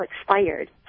expired